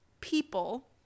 People